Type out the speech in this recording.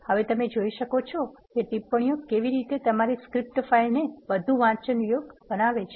હવે તમે જોઈ શકો છો કે ટિપ્પણી કેવી રીતે તમારી સ્ક્રિપ્ટ ફાઇલને વધુ વાંચવા યોગ્ય બનાવે છે